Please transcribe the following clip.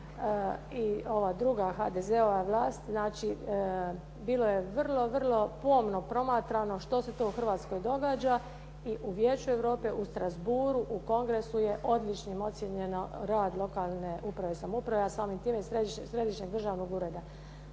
i ova druga, HDZ-ova vlast, znači bilo je vrlo, vrlo pomno promatrano što se to u Hrvatskoj događa i u Vijeću Europe u Strasbourgu u kongresu je odličnim ocjenjeno rad lokalne uprave i samouprave, a samim time i Središnjeg državnog ureda.